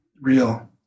real